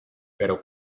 pero